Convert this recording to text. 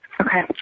Okay